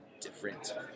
different